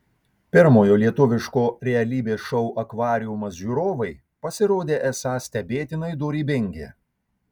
pirmojo lietuviško realybės šou akvariumas žiūrovai pasirodė esą stebėtinai dorybingi